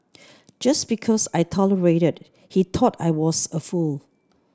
just because I tolerated he thought I was a fool